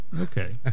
Okay